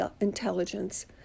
intelligence